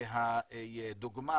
והדוגמה